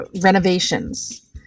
renovations